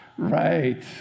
Right